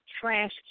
trash